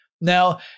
Now